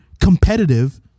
competitive